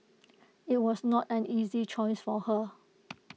IT was not an easy choice for her